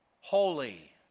Holy